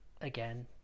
again